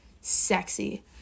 sexy